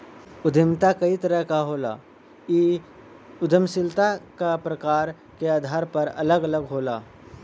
उद्यमिता कई तरह क होला इ उद्दमशीलता क प्रकृति के आधार पर अलग अलग होला